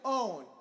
own